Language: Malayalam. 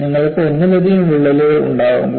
നിങ്ങൾക്ക് ഒന്നിലധികം വിള്ളലുകൾ ഉണ്ടാകുമ്പോൾ